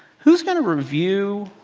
who's going to review,